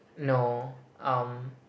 no um